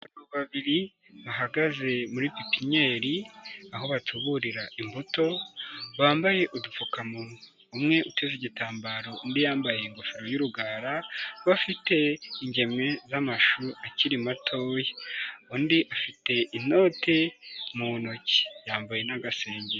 Abantu babiri bahagaze muri pipinyeri, aho batuburira imbuto, bambaye udupfukamunwa. Umwe uteze igitambaro undi yambaye ingofero y'urugara, bafite ingemwe z'amashu akiri matoya. Undi afite inote mu ntoki yambaye n'agasengeri.